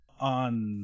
on